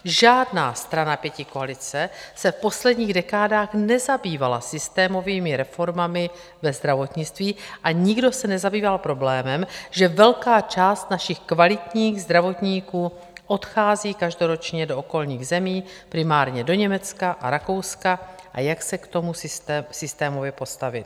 Žádná strana pětikoalice se v posledních dekádách nezabývala systémovými reformami ve zdravotnictví a nikdo se nezabýval problémem, že velká část našich kvalitních zdravotníků odchází každoročně do okolních zemí, primárně do Německa a Rakouska, a jak se k tomu systémově postavit.